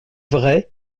vrai